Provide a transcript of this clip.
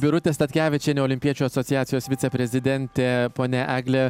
birutė statkevičienė olimpiečių asociacijos viceprezidentė ponia eglė